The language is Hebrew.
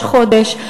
ראש חודש,